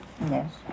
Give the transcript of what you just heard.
Yes